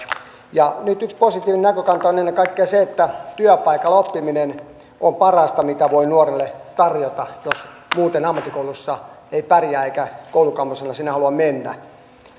nyt yksi positiivinen näkökanta on ennen kaikkea se että työpaikalla oppiminen on parasta mitä voi nuorelle tarjota jos muuten ammattikoulussa ei pärjää eikä koulukammoisena sinne halua mennä